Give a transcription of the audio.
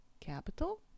Capital